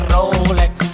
Rolex